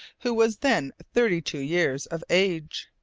who was then thirty-two years of age.